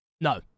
no